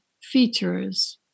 features